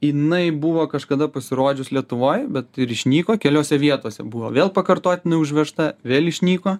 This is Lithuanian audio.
jinai buvo kažkada pasirodžius lietuvoj bet ir išnyko keliose vietose buvo vėl pakartotinai užvežta vėl išnyko